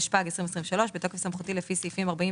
התשפ"ג 2023. בתוקף סמכותי לפי סעיפים 41